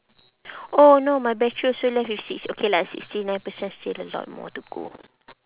oh no my battery also left with six okay lah sixty nine percent still a lot more to go